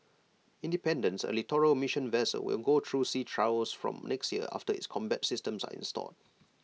independence A littoral mission vessel will go through sea trials from next year after its combat systems are installed